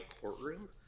courtroom